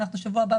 בשבוע הבא,